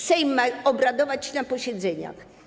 Sejm ma obradować na posiedzeniach.